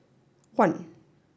one